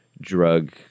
drug